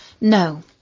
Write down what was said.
No